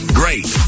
great